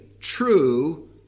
True